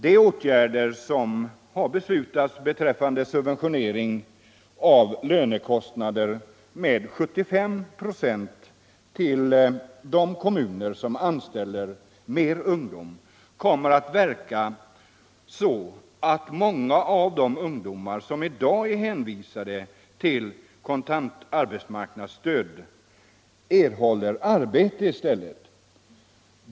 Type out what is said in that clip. De åtgärder som har beslutats beträffande subventionering av lönekostnader med 75 90 till de kommuner som anställer mer ungdom kommer att verka så att många av de ungdomar som i dag är hänvisade till kontant arbetsmarknadsstöd erhåller arbete i stället.